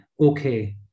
okay